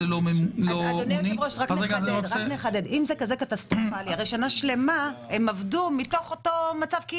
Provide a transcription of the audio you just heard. אם זה כזה קטסטרופה הרי שנה שלמה הם עבדו כאילו מתוך אותו מצב.